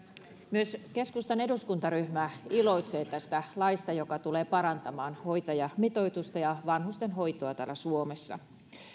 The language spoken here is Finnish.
myös keskustan eduskuntaryhmä iloitsee tästä laista joka tulee parantamaan hoitajamitoitusta ja vanhustenhoitoa täällä suomessa